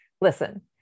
listen